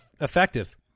effective